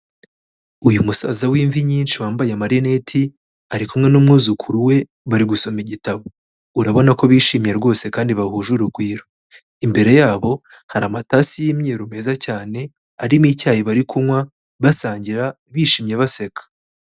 Uyu musaza w'imvi nyinshi wambaye amarineti, ari kumwe n'umwuzukuru we bari gusoma igitabo. Urabona ko bishimye rwose kandi bahuje urugwiro. Imbere yabo hari amatasi y'imyeru meza cyane arimo icyayi bari kunywa, basangira, bishimye ,baseka.